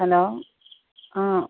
hello ആ